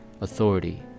authority